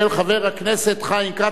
של חבר הכנסת חיים כץ,